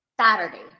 Saturday